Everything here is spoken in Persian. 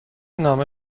نامه